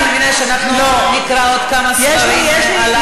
אני מבינה שאנחנו לא נקרא עוד כמה ספרים הלילה.